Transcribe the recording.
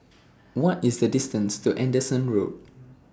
What IS The distance to Anderson Road